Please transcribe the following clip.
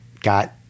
got